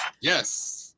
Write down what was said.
Yes